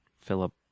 Philip